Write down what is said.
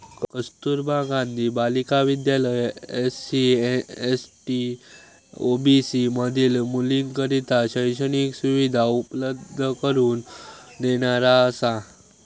कस्तुरबा गांधी बालिका विद्यालय SC, ST, OBC मधील मुलींकरता शैक्षणिक सुविधा उपलब्ध करून देणारा असा